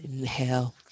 Inhale